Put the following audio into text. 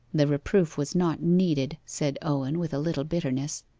the reproof was not needed said owen, with a little bitterness.